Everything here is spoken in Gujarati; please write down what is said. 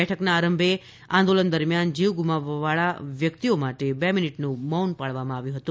બેઠકના આરંભે આંદોલન દરમિયાન જીવ ગુમાવવાળા વ્યક્તિઓ માટે બે મિનિટનું મૌન પાળવામાં આવ્યું હતું